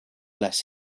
less